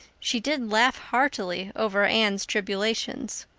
she did laugh heartily over anne's tribulations.